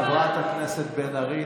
חברת הכנסת בן ארי,